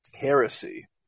heresy